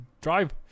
drive